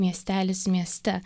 miestelis mieste